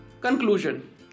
Conclusion